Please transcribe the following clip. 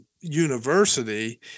university